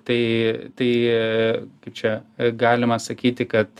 tai tai čia galima sakyti kad